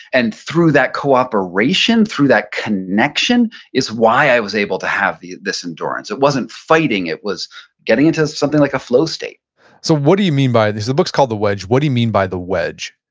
and through that cooperation, through that connection is why i was able to have this endurance. it wasn't fighting, it was getting into something like a flow state so what do you mean by this? the book is called, the wedge. what do you mean by the wedge?